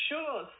Sure